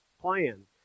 plan